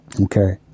Okay